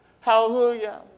Hallelujah